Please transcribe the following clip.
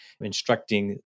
instructing